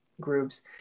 groups